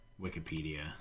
Wikipedia